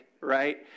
right